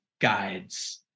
guides